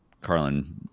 Carlin